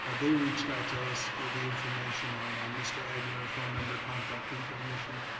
they reached out to us for the information on mr. agner, phone number, contact information.